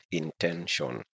intention